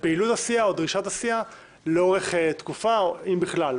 ופעילות הסיעה או דרישת הסיעה לאורך תקופה או אם בכלל,